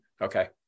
Okay